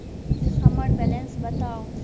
हम्मर बैलेंस बताऊ